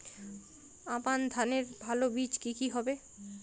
আমান ধানের ভালো বীজ কি কি হবে?